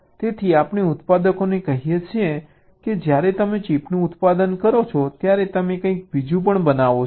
તેથી આપણે ઉત્પાદકોને કહીએ છીએ કે જ્યારે તમે ચિપનું ઉત્પાદન કરો છો ત્યારે તમે કંઈક બીજું પણ બનાવો છો